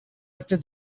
after